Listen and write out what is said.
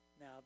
Now